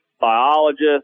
Biologists